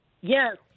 Yes